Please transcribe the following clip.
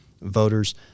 voters